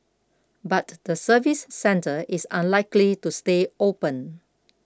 but the service centre is unlikely to stay open